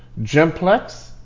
Gemplex